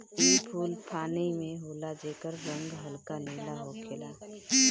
इ फूल पानी में होला जेकर रंग हल्का नीला होखेला